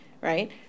right